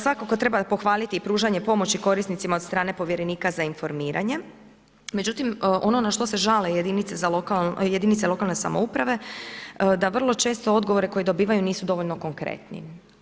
Svakako treba pohvaliti pružanje pomoći korisnicima od strane povjerenika za informiranje, međutim ono na što se žale jedinica lokalne samouprave da vrlo često odgovore koje dobivaju nisu dovoljno konkretni.